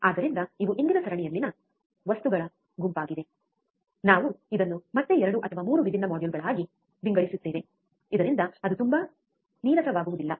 ಆದ್ದರಿಂದ ಇವು ಇಂದಿನ ಸರಣಿಯಲ್ಲಿನ ವಸ್ತುಗಳ ಗುಂಪಾಗಿದೆ ನಾವು ಇದನ್ನು ಮತ್ತೆ 2 ಅಥವಾ 3 ವಿಭಿನ್ನ ಮಾಡ್ಯೂಲ್ಗಳಾಗಿ ವಿಂಗಡಿಸುತ್ತೇವೆ ಇದರಿಂದ ಅದು ತುಂಬಾ ನೀರಸವಾಗುವುದಿಲ್ಲ